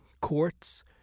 courts